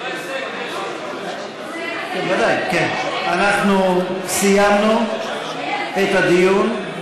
לא הישג, זה, זה הישג, אנחנו סיימנו את הדיון.